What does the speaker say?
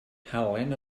halen